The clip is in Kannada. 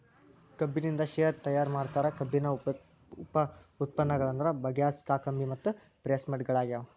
ಕಬ್ಬಿನಿಂದ ಶೇರೆ ತಯಾರ್ ಮಾಡ್ತಾರ, ಕಬ್ಬಿನ ಉಪ ಉತ್ಪನ್ನಗಳಂದ್ರ ಬಗ್ಯಾಸ್, ಕಾಕಂಬಿ ಮತ್ತು ಪ್ರೆಸ್ಮಡ್ ಗಳಗ್ಯಾವ